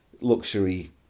luxury